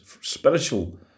spiritual